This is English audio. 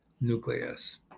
nucleus